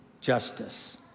justice